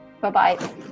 Bye-bye